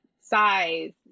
size